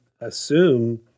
assume